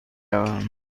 روم